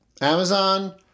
Amazon